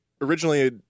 originally